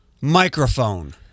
Microphone